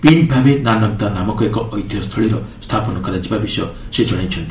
ପିଣ୍ଡ୍ ବାବେ ନାନକ ଦା ନାମକ ଏକ ଐତିହ୍ୟ ସ୍ଥଳୀର ସ୍ଥାପନ କରାଯିବା ବିଷୟ ସେ ଜଣାଇଛନ୍ତି